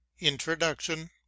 introduction